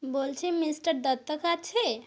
বলছি মিস্টার দত্তাক আছে